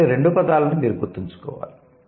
కాబట్టి ఈ రెండు పదాలను మీరు గుర్తుంచుకోవాలి